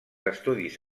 estudis